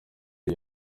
iyi